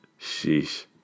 Sheesh